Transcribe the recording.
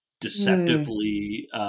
deceptively